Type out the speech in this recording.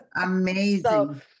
amazing